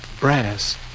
Brass